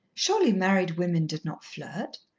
surely married women did not flirt?